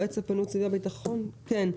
בבקשה.